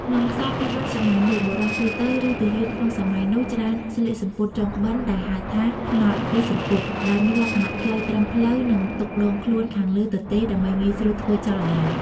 ក្នុងខ្សែភាពយន្តសម័យនោះ បុរសទូទៅ ឬទាហានក្នុងសម័យនោះច្រើនស្លៀកសំពត់ចងក្បិនដែលហៅថា ផ្នត់ ឬ សំពត់ ដោយមានលក្ខណៈខ្លីត្រឹមភ្លៅ និងទុកដងខ្លួនខាងលើទទេដើម្បីងាយស្រួលធ្វើចលនា។